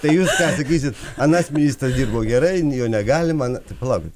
tai jūs ką sakysit anas ministras dirbo gerai njo negalima na tai palaukit